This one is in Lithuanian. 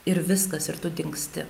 ir viskas ir tu dingsti